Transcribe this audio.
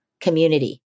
community